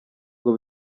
ngo